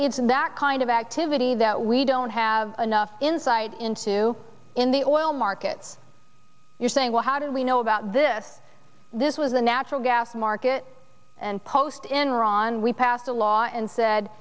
it's in that kind of activity that we don't have enough insight into in the oil markets you're saying well how did we know about this this was the natural gas market and post enron we passed a law and said